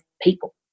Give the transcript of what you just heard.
people